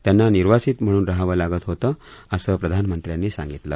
त्यांना निर्वासित म्हणून रहावं लागत होतं असं प्रधानमंत्र्यांनी सांगितलं